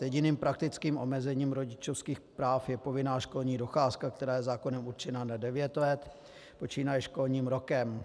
Jediným praktickým omezením rodičovských práv je povinná školní docházka, která je zákonem určena na devět let počínaje školním rokem.